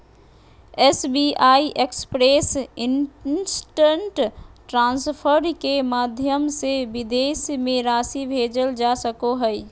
SBI express instant transfer के माध्यम से विदेश में राशि भेजल जा सको हइ